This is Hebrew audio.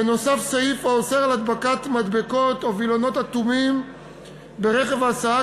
נוסף סעיף האוסר הדבקת מדבקות או וילונות אטומים ברכב ההסעה,